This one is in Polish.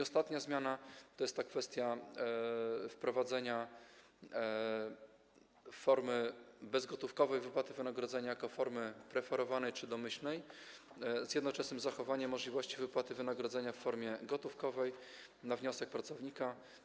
Ostatnia zmiana dotyczy kwestii wprowadzenia formy bezgotówkowej wypłaty wynagrodzenia jako formy preferowanej czy domyślnej, z jednoczesnym zachowaniem możliwości wypłaty wynagrodzenia w formie gotówkowej na wniosek pracownika.